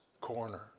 corner